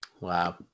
wow